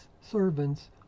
servants